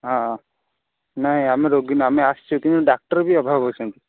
ହଁ ନାଇ ଆମେ ରୋଗୀ ନୁହଁ ଆମେ ଆସିଛୁ କିନ୍ତୁ ଡ଼ାକ୍ତର ବି ଅଭାବ ଅଛନ୍ତି